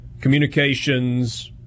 communications